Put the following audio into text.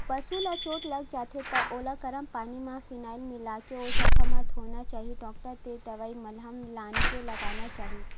पसु ल चोट लाग जाथे त ओला गरम पानी म फिनाईल मिलाके ओ जघा ल धोना चाही डॉक्टर तीर दवई मलहम लानके लगाना चाही